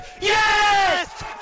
Yes